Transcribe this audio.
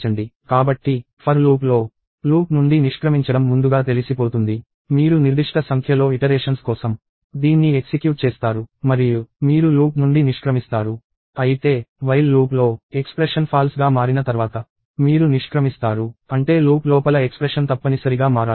కాబట్టి ఫర్ లూప్లో లూప్ నుండి నిష్క్రమించడం ముందుగా తెలిసిపోతుంది మీరు నిర్దిష్ట సంఖ్యలో ఇటరేషన్స్ కోసం దీన్ని ఎక్సిక్యూట్ చేస్తారు మరియు మీరు లూప్ నుండి నిష్క్రమిస్తారు అయితే వైల్ లూప్లో ఎక్స్ప్రెషన్ ఫాల్స్ గా మారిన తర్వాత మీరు నిష్క్రమిస్తారు అంటే లూప్ లోపల ఎక్స్ప్రెషన్ తప్పనిసరిగా మారాలి